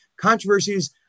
controversies